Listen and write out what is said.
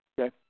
Okay